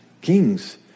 Kings